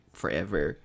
forever